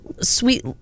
sweet